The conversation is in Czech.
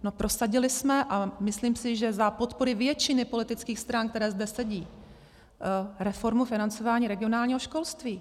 No prosadili jsme, a myslím si, že za podpory většiny politických stran, které zde sedí, reformu financování regionálního školství.